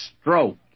stroke